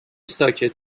ساکت